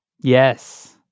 Yes